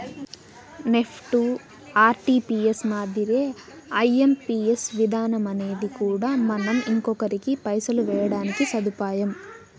NEFT, RTGS మాదిరే IMPS విధానమనేది కూడా మనం ఇంకొకరికి పైసలు వేయడానికి సదుపాయం